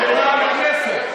רשע.